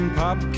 pop